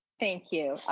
thank you,